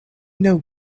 know